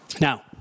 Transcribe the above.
Now